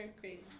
crazy